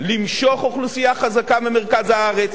למשוך אוכלוסייה חזקה ממרכז הארץ,